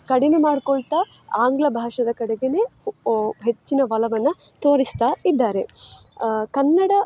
ಕಡಿಮೆ ಮಾಡಿಕೊಳ್ತಾ ಆಂಗ್ಲ ಭಾಷೆಯ ಕಡೆಗೆಯೇ ಒ ಹೆಚ್ಚಿನ ಒಲವನ್ನು ತೋರಿಸ್ತಾ ಇದ್ದಾರೆ ಕನ್ನಡ